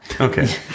Okay